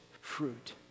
fruit